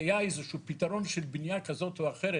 זה היה איזה שהוא פתרון של בנייה כזו או אחרת,